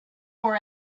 for